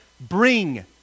Bring